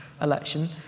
election